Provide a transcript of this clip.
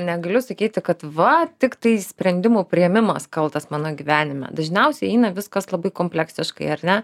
negaliu sakyti kad va tiktai sprendimų priėmimas kaltas mano gyvenime dažniausiai eina viskas labai kompleksiškai ar ne